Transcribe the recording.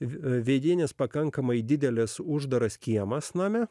vidinis pakankamai didelis uždaras kiemas name